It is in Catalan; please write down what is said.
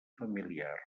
familiar